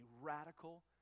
radical